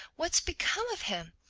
what's become of him?